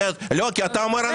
כי אתה אומר,